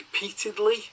repeatedly